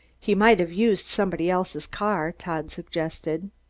he might have used somebody else's car, todd suggested.